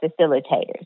facilitators